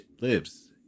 lives